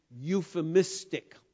euphemistic